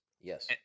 Yes